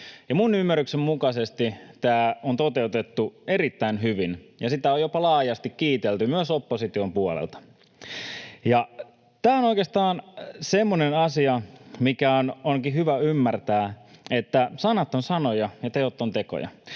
minun ymmärrykseni mukaisesti tämä on toteutettu erittäin hyvin, sitä on jopa laajasti kiitelty, myös opposition puolelta. Tämä on oikeastaan semmoinen asia, mikä onkin hyvä ymmärtää: se, että sanat ovat sanoja ja teot ovat tekoja.